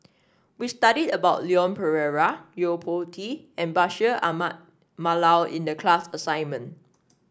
we studied about Leon Perera Yo Po Tee and Bashir Ahmad Mallal in the class assignment